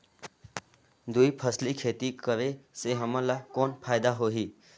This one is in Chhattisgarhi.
दुई फसली खेती करे से हमन ला कौन फायदा होही?